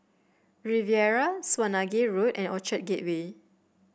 Riviera Swanage Road and Orchard Gateway